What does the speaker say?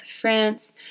France